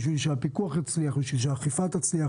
כדי שהפיקוח יצליח וכדי שהאכיפה תצליח